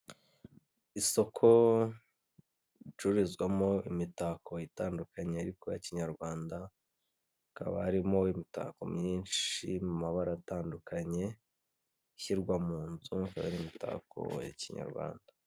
Isoko ricururizwamo imitako itandukanye ariko ya kinyarwanda hakaba harimo imitako myinshi mu mabara atandukanye ishyirwa mu nzu ikaba ari imitako ya kinyarwanda .